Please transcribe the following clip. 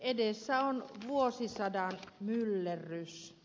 edessä on vuosisadan myllerrys